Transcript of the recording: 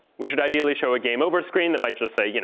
we should ideally show a game over screen that might just say, you know